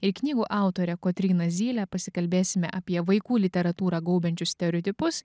ir knygų autore kotryna zyle pasikalbėsime apie vaikų literatūrą gaubiančius stereotipus